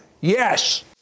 yes